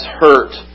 hurt